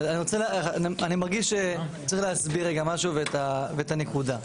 אני מרגיש שצריך להסביר רגע משהו ואת הנקודה.